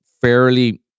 fairly